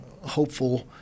hopeful